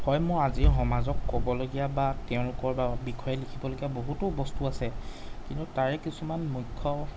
হয় মই আজিৰ সমাজক ক'বলগীয়া বা তেওঁলোকৰ বা বিষয়ে লিখিবলগীয়া বহুতো বস্তু আছে কিন্তু তাৰে কিছুমান মুখ্য